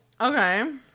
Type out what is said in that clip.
Okay